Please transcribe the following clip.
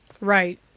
right